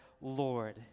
Lord